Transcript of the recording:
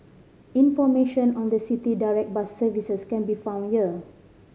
information on the City Direct bus services can be found here